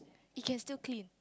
it can still clean